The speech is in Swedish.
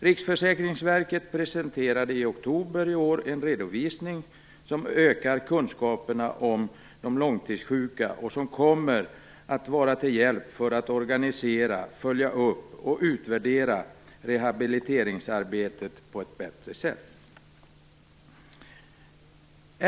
Riksförsäkringsverket presenterade i oktober i år en redovisning som ökar kunskaperna om de långtidssjuka och som kommer att vara till hjälp för att organisera, följa upp och utvärdera rehabiliteringsarbetet på ett bättre sätt.